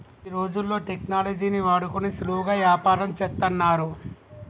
ఈ రోజుల్లో టెక్నాలజీని వాడుకొని సులువుగా యాపారంను చేత్తన్నారు